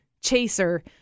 chaser